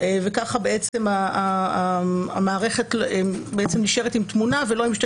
וכך המערכת נשארת עם תמונה ולא עם שתי